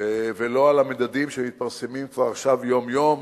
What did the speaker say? ולא על המדדים שמתפרסמים כבר עכשיו יום-יום